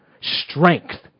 strength